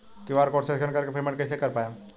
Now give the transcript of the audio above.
QR code से scan कर के पेमेंट कइसे कर पाएम?